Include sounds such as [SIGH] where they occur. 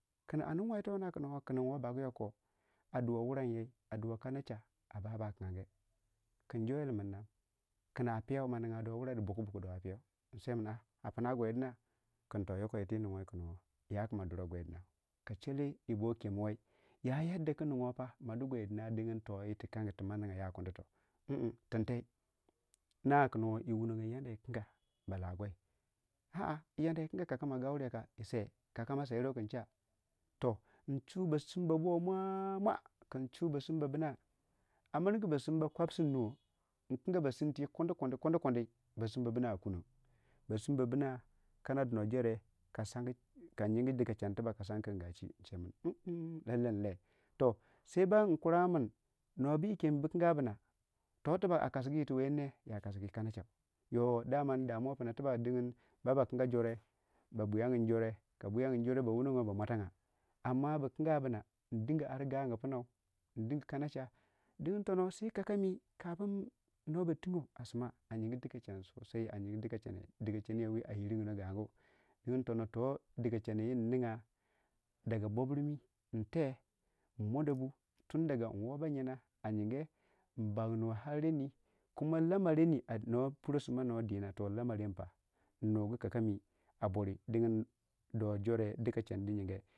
Kin a nin wa yiito na kin nwoo bagu yoko ko a duwa wuranyei a duwe kanache a baba kin gange kin joel min nem kin a piiyau manigya do wurei du bukubuku do see min apuna gwai duna kin toh yoko yir twii ningwei ya kuma duruwei gwei duna kachelle yii boo kem wai ya yadda ku ma nin guwai pa ma du gwai dinna dingin to yir tuma ninga ya kundito a'a tuntai na kun wuni yanda yii inga ba lah gau a'a yi yanda yi kinga kaka mo gauyriyo yi se kakamo sayirwoo in che too nchu basimba boo mwamwaa kin chuba simba buna a mirgu basimba kwap sir nuwoo nkinga basintu wu kundi kundii kundi kundi basinba bina a kunon basimba binna kana dono jore ka sangi ka jingi dikachei tibag ka san kin gashi nsakin mm lallei nle toh sai ban kuraga min nuwa bu yi kem bukanga buna toh tobag a kasgu yiir tu wemine ya kasgu kanche yo daman puno tibag dingin baba kinga jore ba bwiyan gin jore ka bwiyangin jore ba wunnogo ba mwatange amma ndinge ar mirgu gagu punou ndinge kanache dingin tuno [SAI] kaka mi kapin no ba tingo a simma a yinga dikachene [SOSAI] a yinge dikachene dikachen yowii a yirgno gagu dingin tonno toh dikachen wun ninga daga boburmi yinte nmondobu tun daga nwoo ba yinna a yinge nbannuwe ar reni kuma lama reni no puro simma no dina toh lame renni nnugu kakami aburi dingin do jore.